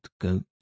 goat